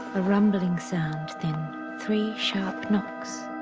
a rumbling sound then three sharp knocks